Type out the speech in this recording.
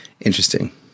interesting